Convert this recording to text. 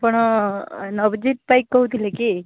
ଆପଣ ନବଜିତ୍ ପାଇକ୍ କହୁଥିଲେ କି